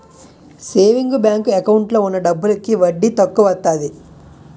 saving bank account లో ఉన్న డబ్బులకి వడ్డీ తక్కువత్తాది